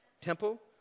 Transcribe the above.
Temple